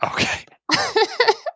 Okay